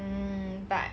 mm but